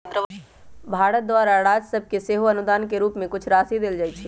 भारत द्वारा राज सभके सेहो अनुदान के रूप में कुछ राशि देल जाइ छइ